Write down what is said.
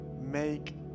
make